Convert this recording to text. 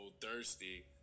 thirsty